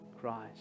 Christ